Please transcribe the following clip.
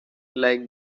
like